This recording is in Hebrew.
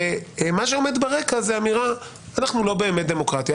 ומה שעומד ברקע היא האמירה: אנחנו לא באמת דמוקרטיה.